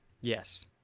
Yes